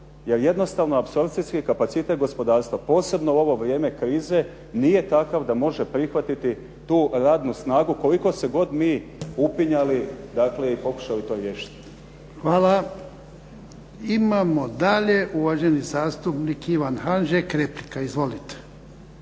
jer jednostavno apsorpcijski kapacitet gospodarstva, posebno u ovo vrijeme krize, nije takav da može prihvatiti tu radnu snagu koliko se god mi upinjali, dakle i pokušali to riješiti. **Jarnjak, Ivan (HDZ)** Hvala. Imamo dalje uvaženi zastupnik Ivan Hanžek, replika. Izvolite.